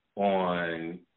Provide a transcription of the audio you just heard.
on